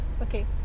Okay